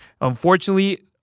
unfortunately